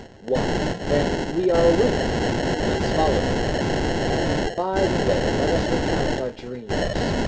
why, then, we are awake let's follow him and by the way let us recount our dreams.